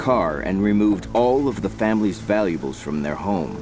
car and removed all of the family's valuables from their home